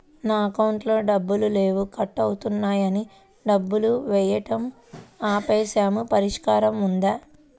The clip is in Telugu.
నా అకౌంట్లో డబ్బులు లేవు కట్ అవుతున్నాయని డబ్బులు వేయటం ఆపేసాము పరిష్కారం ఉందా?